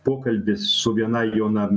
pokalbis su viena jauna